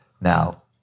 Now